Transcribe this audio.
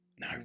No